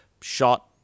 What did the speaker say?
shot